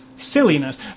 Silliness